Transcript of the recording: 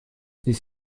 this